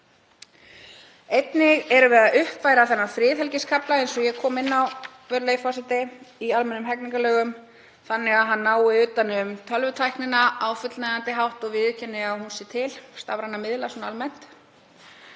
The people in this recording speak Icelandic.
Við erum einnig að uppfæra þennan friðhelgiskafla, eins og ég kom inn á, virðulegur forseti, í almennum hegningarlögum þannig að hann nái utan um tölvutæknina á fullnægjandi hátt og viðurkenni að hún sé til, stafræna miðla svona almennt,